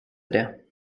det